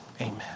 Amen